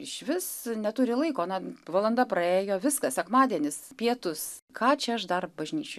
išvis neturi laiko na valanda praėjo viskas sekmadienis pietūs ką čia aš dar bažnyčioj